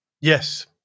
Yes